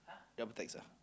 double text ah